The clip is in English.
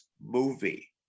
movie